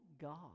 God